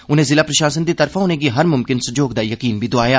उनें जिला प्रशासन दी तरफा उनेंगी हर म्मकिन सहयोग दा यकीन दोआया